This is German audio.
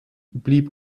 blieb